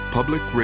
Public